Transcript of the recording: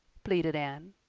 pleaded anne.